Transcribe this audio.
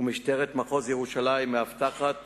ומשטרת מחוז ירושלים מאבטחת